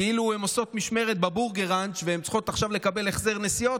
כאילו הן עושות משמרת בבורגראנץ' והן צריכות עכשיו לקבל החזר נסיעות,